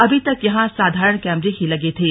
अभी तक यहां साधारण कैमरे ही लगे थे